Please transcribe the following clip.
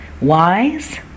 wise